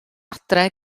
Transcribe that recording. adre